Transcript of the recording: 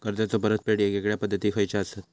कर्जाचो परतफेड येगयेगल्या पद्धती खयच्या असात?